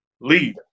lead